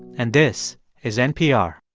and this is npr